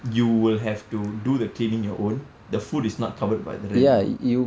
you will have to do the cleaning your own the food is not covered by the rent lor